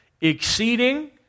Exceeding